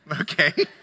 Okay